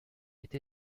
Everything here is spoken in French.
été